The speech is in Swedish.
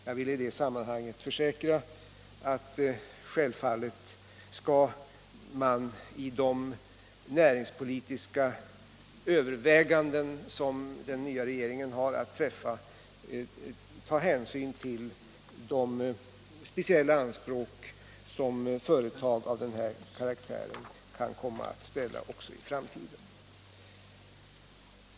Jag vill i det sammanhanget försäkra att självfallet skall man i de näringspolitiska överväganden som den nya regeringen har att träffa ta hänsyn till de speciella anspråk som företag av denna karaktär kan komma att ställa också i framtiden.